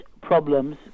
problems